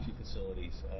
facilities